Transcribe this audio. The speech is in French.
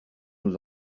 nous